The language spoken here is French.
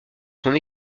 son